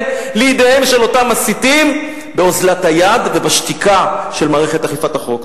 לידיהם של אותם מסיתים באוזלת היד ובשתיקה של מערכת אכיפת החוק.